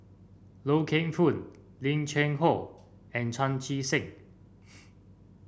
Loy Keng Foo Lim Cheng Hoe and Chan Chee Seng